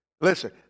Listen